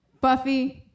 Buffy